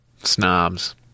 snobs